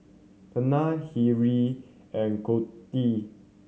Tania Hillery and Codi